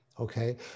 Okay